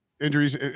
injuries